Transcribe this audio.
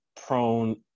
prone